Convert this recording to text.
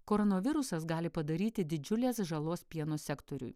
koronavirusas gali padaryti didžiulės žalos pieno sektoriui